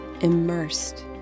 immersed